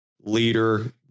leader